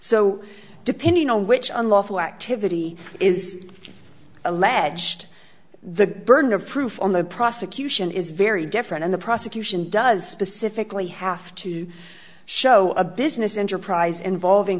so depending on which unlawful activity is alleged the burden of proof on the prosecution is very different and the prosecution does specifically have to show a business enterprise involving